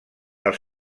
els